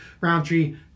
Roundtree